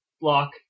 block